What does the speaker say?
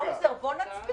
האוזר, בוא נצביע.